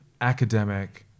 academic